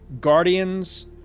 Guardians